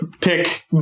pick